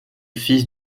fils